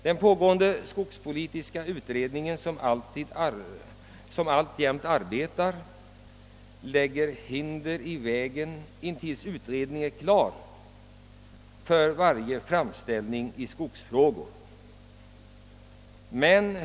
Den pågående skogspolitiska utredningen, som alltjämt arbetar, lägger hinder i vägen för varje framställning i skogsfrågor.